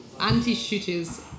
anti-shooters